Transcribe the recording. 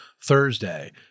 Thursday